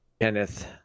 Kenneth